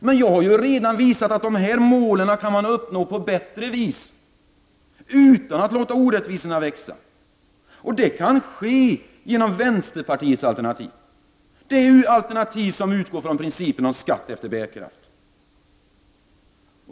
Men jag har redan visat att de målen kan uppnås på bättre vis, utan att låta orättvisorna växa. Det kan ske genom vänsterpartiets alternativ, det alternativ som utgår från principen om skatt efter bärkraft.